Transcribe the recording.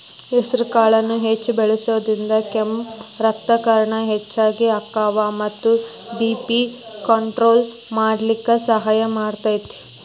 ಹೆಸರಕಾಳನ್ನ ಹೆಚ್ಚ್ ಬಳಸೋದ್ರಿಂದ ಕೆಂಪ್ ರಕ್ತಕಣ ಹೆಚ್ಚಗಿ ಅಕ್ಕಾವ ಮತ್ತ ಬಿ.ಪಿ ಕಂಟ್ರೋಲ್ ಮಾಡ್ಲಿಕ್ಕೆ ಸಹಾಯ ಮಾಡ್ತೆತಿ